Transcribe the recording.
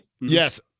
Yes